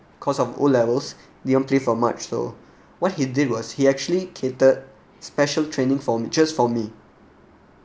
cause of O levels didn't play for much so what he did was he actually catered special training for just for me